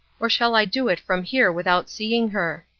or shall i do it from here without seeing her?